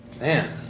Man